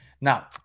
Now